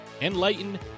enlighten